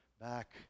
back